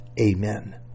Amen